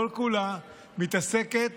כל-כולה מתעסקת